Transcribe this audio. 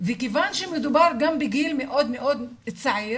מכיוון שמדובר גם בגיל מאוד צעיר